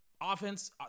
offense